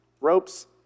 ropes